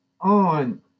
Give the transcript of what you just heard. on